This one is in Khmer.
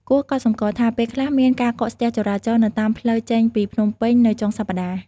គួរកត់សម្គាល់ថា ពេលខ្លះមានការកកស្ទះចរាចរណ៍នៅតាមផ្លូវចេញពីភ្នំពេញនៅថ្ងៃចុងសប្តាហ៍។